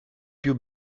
più